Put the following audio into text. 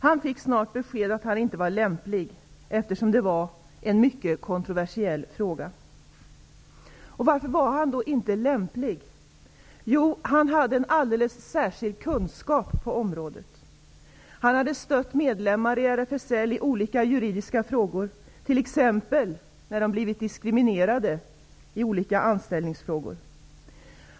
Han fick snart beskedet att han inte var lämplig, eftersom det var en mycket kontroversiell fråga. Varför var han inte lämplig? Jo, han hade en alldeles särskild kunskap på området. Han hade stött medlemmar i RFSL i olika juridiska frågor, t.ex. när medlemmarna blivit diskriminerade i olika anställningsfrågor.